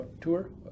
tour